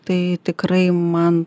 tai tikrai man